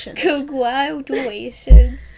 Congratulations